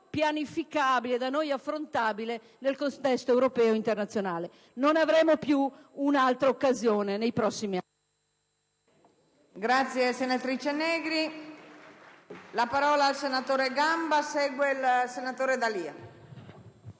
possibile da noi pianificabile nel contesto europeo ed internazionale. Non avremo più un'altra occasione nei prossimi anni.